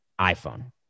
iPhone